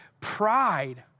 pride